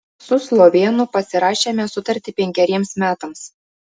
su slovėnu pasirašėme sutartį penkeriems metams